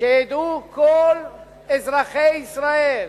שידעו כל אזרחי ישראל: